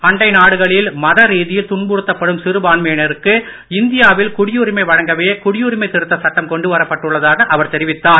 அண்டை நாடுகளில் மதரீதியில் துன்புறுத்தப்படும் சிறுபான்மையினருக்கு இந்தியாவில் குடியுரிமை வழங்கவே குடியுரிமை திருத்த சட்டம் கொண்டு வரப்பட்டுள்ளதாக அவர் தெரிவித்தார்